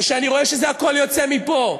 וכשאני רואה שזה הכול יוצא מפה,